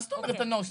מה זאת אומרת הנוסח?